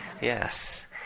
yes